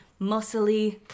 muscly